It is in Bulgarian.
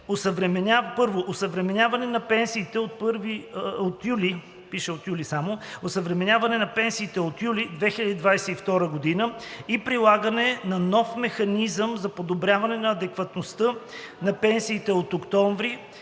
1. Осъвременяване на пенсиите от юли 2022 г. и прилагане на нов механизъм за подобряване на адекватността на пенсиите от октомври